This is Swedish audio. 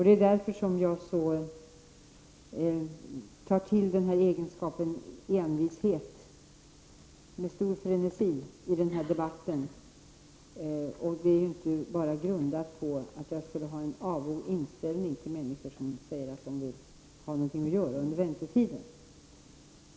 Det är därför som jag tar till egenskapen envishet med stor frenesi i den här debatten. Det är inte grundat på att jag skulle ha en avog inställning till människor som säger att de vill ha något att göra under väntetiden.